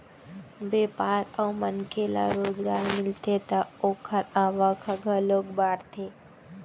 बेपार अउ मनखे ल रोजगार मिलथे त ओखर आवक ह घलोक बाड़थे